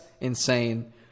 insane